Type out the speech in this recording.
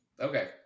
okay